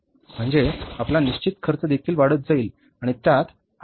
म्हणजे आपला निश्चित खर्च देखील वाढत जाईल आणि त्यात आणखी भर पडेल